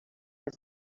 his